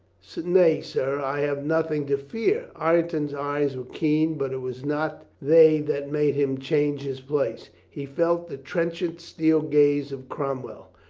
nay, sir, i have nothing to fear. ireton's eyes were keen, but it was not they that made him change his place. he felt the trenchant steel gaze of crom well.